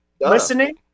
listening